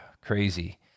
crazy